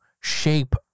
shape